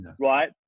right